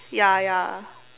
ya ya